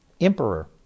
emperor